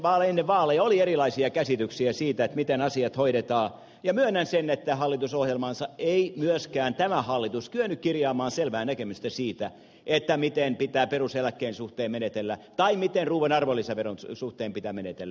ennen vaaleja oli erilaisia käsityksiä siitä miten asiat hoidetaan ja myönnän sen että hallitusohjelmaansa ei myöskään tämä hallitus kyennyt kirjaamaan selvää näkemystä siitä miten pitää peruseläkkeen suhteen menetellä tai miten ruuan arvonlisäveron suhteen pitää menetellä